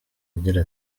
agira